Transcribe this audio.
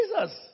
Jesus